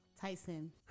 Tyson